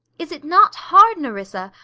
is it not hard, nerissa,